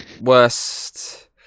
Worst